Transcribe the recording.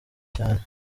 cyane